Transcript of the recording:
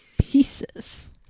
pieces